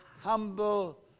humble